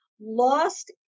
Lost